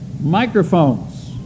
microphones